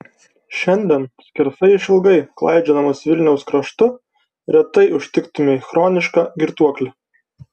šiandien skersai išilgai klaidžiodamas vilniaus kraštu retai užtiktumei chronišką girtuoklį